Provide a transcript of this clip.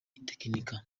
itekinika